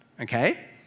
okay